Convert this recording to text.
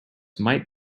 might